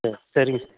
செ சரிங்க